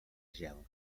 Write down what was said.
gel